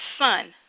son